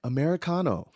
Americano